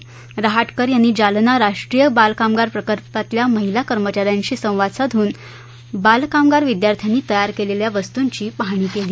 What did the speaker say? श्रीमती रहाटकर यांनी जालना राष्ट्रीय बालकामगार प्रकल्पातल्या महिला कर्मचाऱ्यांशी संवाद साधून बालकागार विद्यार्थ्यांनी तयार केलेल्या वस्तूंची पाहणी केली